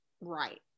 right